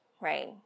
right